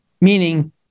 meaning